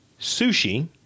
sushi